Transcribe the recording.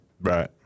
Right